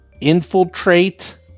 infiltrate